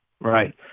Right